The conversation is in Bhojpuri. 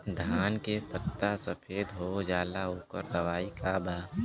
धान के पत्ता सफेद हो जाला ओकर दवाई का बा?